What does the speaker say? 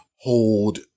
hold